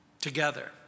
together